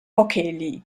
hockey